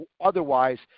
otherwise